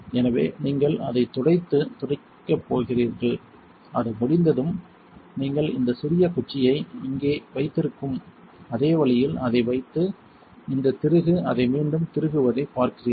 எனவே நீங்கள் அதை துடைத்து துடைக்கப் போகிறீர்கள் அது முடிந்ததும் நீங்கள் இந்த சிறிய குச்சியை இங்கே வைத்திருக்கும் அதே வழியில் அதை வைத்து இந்த திருகு அதை மீண்டும் திருகுவதைப் பார்க்கிறீர்கள்